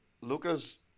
Luca's